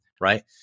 right